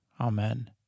Amen